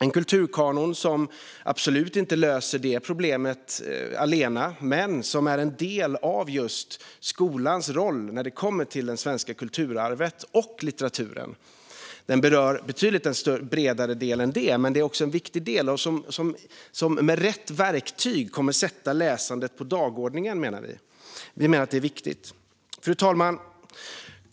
En kulturkanon allena löser absolut inte problemet, men den är en del av skolans roll när det kommer till det svenska kulturarvet och den svenska litteraturen. Den berör ett betydligt bredare område men är en viktig del som med rätt verktyg kommer att sätta läsandet på dagordningen. Vi menar att det är viktigt. Fru talman!